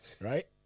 right